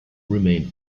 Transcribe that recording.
remained